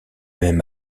même